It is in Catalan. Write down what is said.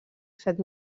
set